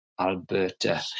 Alberta